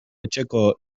etxeko